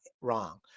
wrong